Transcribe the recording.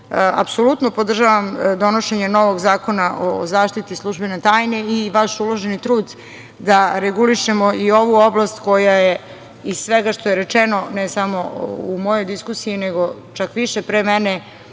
apsolutno podržavam donošenje novog zakona o zaštiti službene tajne i vaš uloženi trud da regulišemo i ovu oblast koja je, iz svega što je rečeno, ne samo u mojoj diskusiji, nego čak više pre mene,